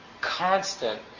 constant